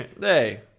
Hey